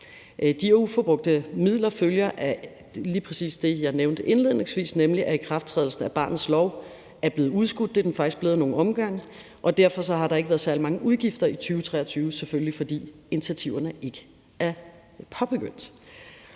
her uforbrugte midler følger af lige præcis det, jeg nævnte indledningsvis, nemlig at ikrafttrædelsen af barnets lov er blevet udskudt. Det er den faktisk blevet af nogle omgange, og derfor har der ikke været særlig mange udgifter i 2023 – selvfølgelig fordi initiativerne ikke er påbegyndt.